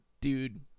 dude